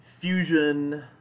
fusion